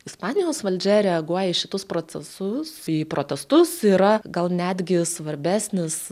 ispanijos valdžia reaguoja į šitus procesus į protestus yra gal netgi svarbesnis